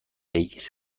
بگیر